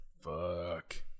fuck